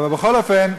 אבל בכל אופן,